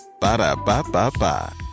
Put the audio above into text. Ba-da-ba-ba-ba